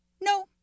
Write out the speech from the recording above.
No